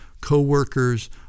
co-workers